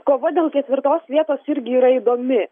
kova dėl ketvirtos vietos irgi yra įdomi